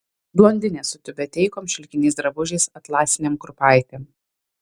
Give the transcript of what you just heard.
blondinės su tiubeteikom šilkiniais drabužiais atlasinėm kurpaitėm